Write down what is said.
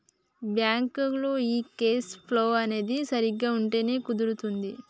బ్యాంకులో ఈ cash flow అనేది సరిగ్గా ఉంటేనే కుదురుతాది